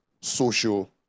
social